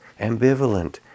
ambivalent